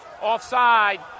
Offside